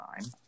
time